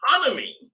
economy